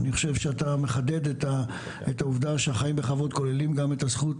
אני חושב שאתה מחדד את העובדה שהחיים בכבוד כוללים גם את הזכות